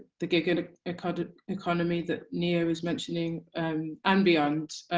the gig and ah ah kind of economy that neo was mentioning and beyond,